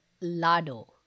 Lado